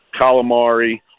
calamari